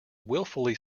wilfully